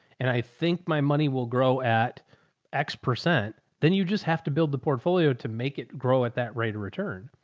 and i think my money will grow at x percent, then you just have to build the portfolio to make it grow at that rate of return.